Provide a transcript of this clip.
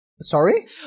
Sorry